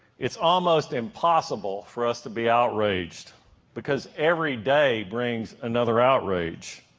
it's almost impossible for us to be outraged because every day brings another outrage.